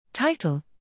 Title